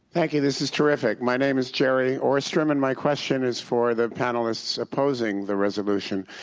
thank you, this is terrific. my name is gerry ohrstrom, and my question is for the panelists opposing the resolution.